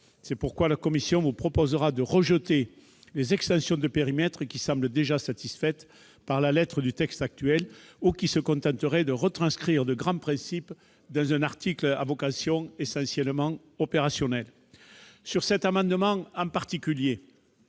C'est pourquoi la commission vous proposera de rejeter les extensions de périmètre qui semblent déjà satisfaites par la lettre du texte actuel ou qui se contenteraient de retranscrire de grands principes dans un article à vocation essentiellement opérationnelle. En l'espèce,